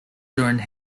during